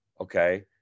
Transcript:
Okay